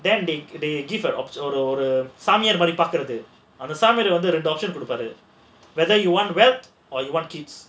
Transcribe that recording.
then they they give ஒரு ஒரு சாமியார் மாதிரி பாக்குறது அந்த சாமியார் வந்து ரெண்டு:oru saamiyaar maadhiri paakkurathu andha saamiyaar vandhu rendu options கொடுப்பாரு:koduppaaru whether you want wealth or you want kids